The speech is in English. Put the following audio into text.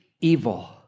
evil